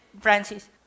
Francis